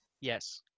Yes